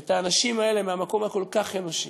את האנשים האלה, מהמקום הכל-כך אנושי,